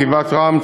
גבעת-רם,